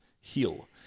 heal